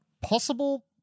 possible